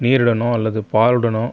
நீருடனோ அல்லது பாலுடனோ